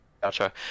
Gotcha